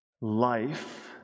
life